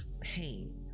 pain